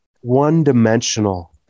one-dimensional